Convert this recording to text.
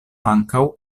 ankaŭ